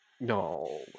no